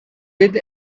with